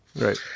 Right